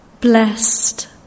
blessed